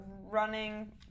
running